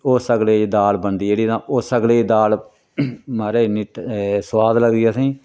ते उस सगले च दाल बनदी जेह्ड़ी ना ओह् सगले दी दाल महाराज इन्नी सोआद लगदी असेंगी